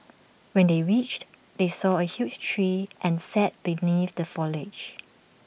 when they reached they saw A huge tree and sat beneath the foliage